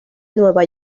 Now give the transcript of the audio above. nueva